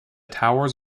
towers